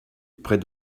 près